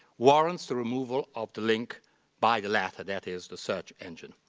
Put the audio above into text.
warrants the removal of the link by the latter, that is, the search engine.